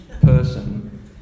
person